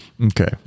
Okay